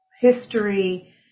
history